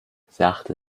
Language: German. sachte